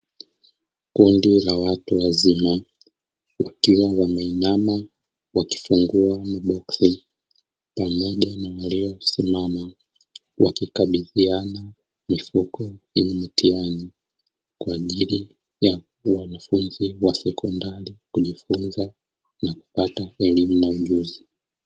Kundi la watu wazima wakiwa wameinama wakifungua boksi, wakikabidhiana mifuko ya mitihani kwa ajili ya wanafunzi wa sekondari kujifunza na kupata elimu na ujuzi.